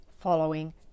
following